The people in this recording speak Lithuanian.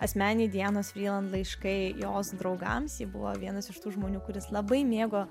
asmeniniai dianos vriland laiškai jos draugams ji buvo vienas iš tų žmonių kuris labai mėgo